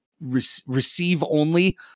receive-only